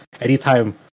anytime